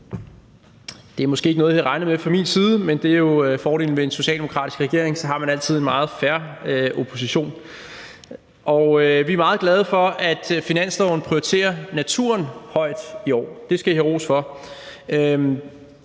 det er måske ikke noget, I havde regnet med fra min side, men fordelen ved at have en socialdemokratisk regering er jo, at så har man altid en fair opposition. Vi er meget glade for, at finansloven prioriterer naturen højt i år. Det skal I have ros for.